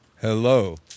Hello